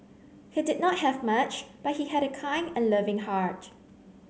he did not have much but he had a kind and loving heart